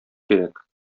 кирәк